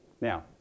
Now